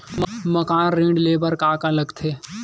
मकान ऋण ले बर का का लगथे?